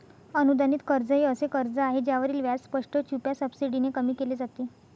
अनुदानित कर्ज हे असे कर्ज आहे ज्यावरील व्याज स्पष्ट, छुप्या सबसिडीने कमी केले जाते